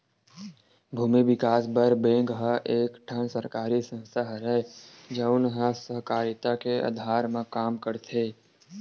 भूमि बिकास बर बेंक ह एक ठन सरकारी संस्था हरय, जउन ह सहकारिता के अधार म काम करथे